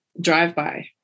drive-by